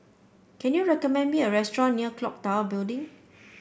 can you recommend me a restaurant near clock Tower Building